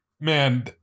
man